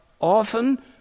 often